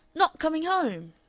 not coming home!